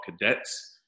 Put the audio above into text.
cadets